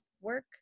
work